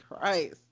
Christ